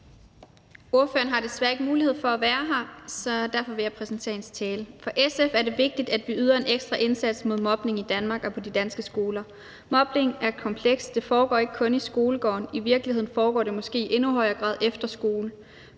området har desværre ikke mulighed for at være her, så derfor vil jeg præsentere hendes tale. For SF er det vigtigt, at vi yder en ekstra indsats mod mobning i Danmark, på de danske skoler. Mobning er komplekst. Det foregår ikke kun i skolegården. I virkeligheden foregår det måske i endnu højere grad efter skole,